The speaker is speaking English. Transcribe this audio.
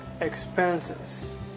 expenses